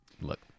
look